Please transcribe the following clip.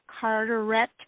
Carteret